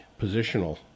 positional